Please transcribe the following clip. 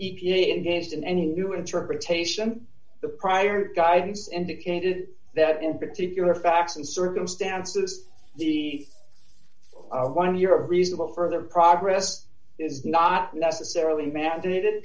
a engaged in any new interpretation the prior guidance indicated that in particular facts and circumstances the one year a reasonable further progress is not necessarily mandated